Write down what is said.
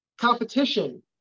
competition